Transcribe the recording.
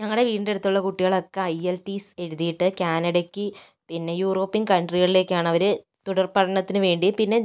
ഞങ്ങളുടെ വീടിൻ്റടുത്തുള്ള കുട്ടികളൊക്കെ IELTS എഴുതിയിട്ട് കാനഡയ്ക്ക് പിന്നെ യൂറോപ്യൻ കൺട്രികളിലേക്കാണ് അവര് തുടർപഠനത്തിന് വേണ്ടിയും പിന്നെ